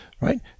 right